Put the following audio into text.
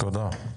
תודה.